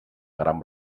gran